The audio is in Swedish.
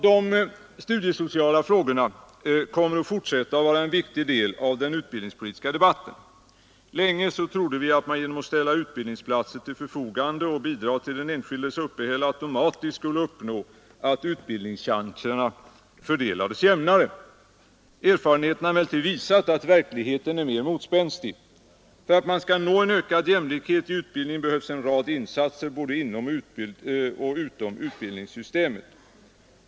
De studiesociala frågorna kommer att fortsätta att vara en viktig del av den utbildningspolitiska debatten. Länge trodde vi att man genom att ställa utbildningsplatser till förfogande och bidra till den enskildes uppehälle automatiskt skulle uppnå att utbildningschanserna fördelades jämnare. Erfarenheterna har emellertid visat att verkligheten är mer motspänstig. För att man skall nå en ökad jämlikhet i utbildningen behövs en rad insatser, både inom och utom utbildningssystemet.